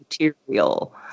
material